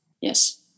Yes